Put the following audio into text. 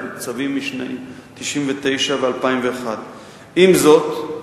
צווים משנת 1999 ומשנת 2001. עם זאת,